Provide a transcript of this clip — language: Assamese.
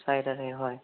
চাৰিটাতহে হয়